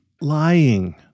lying